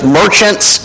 merchants